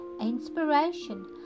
inspiration